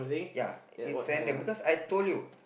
ya it's random because I told you